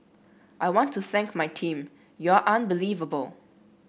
I want to thank my team you're unbelievable